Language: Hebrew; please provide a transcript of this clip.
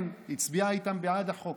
הצביעה איתם בעד החוק.